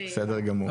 בסדר גמור.